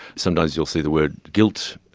sometimes you'll see the words guilt,